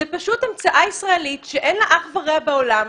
זו המצאה ישראלית שאין לה אח ורע בעולם.